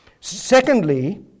Secondly